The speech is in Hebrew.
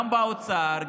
גם באוצר,